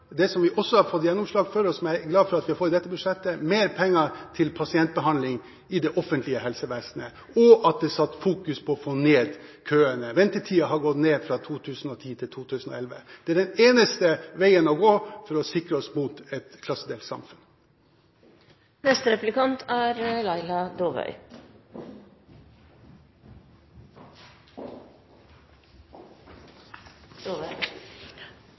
det som vi også har fått gjennomslag for, og som jeg er glad for at vi får i dette budsjettet: mer penger til pasientbehandling i det offentlige helsevesenet og at det er fokusert på å få ned køene. Ventetiden har gått ned fra 2010 til 2011. Det er den eneste veien å gå for å sikre oss mot et klassedelt samfunn. Representanten var opptatt av rus i sitt innlegg, og det synes jeg er